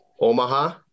Omaha